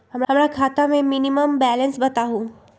हमरा खाता में मिनिमम बैलेंस बताहु?